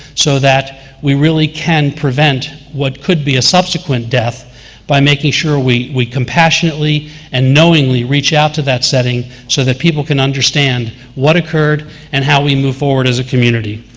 so that we really can prevent what could be a subsequent death by making sure we we compassionately and knowingly reach out to that setting, so that people can understand what occurred and how we move forward as a community.